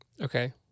Okay